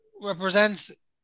represents